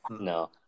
No